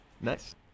Nice